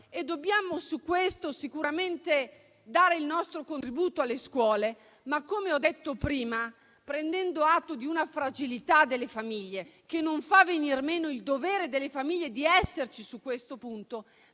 Su questo sicuramente dobbiamo dare il nostro contributo alle scuole ma, come ho detto prima, prendendo atto di una fragilità delle famiglie, che non fa venir meno il dovere delle stesse di esserci su questo punto.